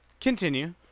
continue